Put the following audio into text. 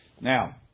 Now